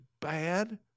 bad